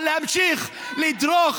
אבל להמשיך ולדרוך,